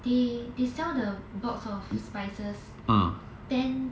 they they sell the box of spices ten